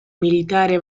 militare